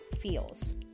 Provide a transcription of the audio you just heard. feels